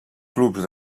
clubs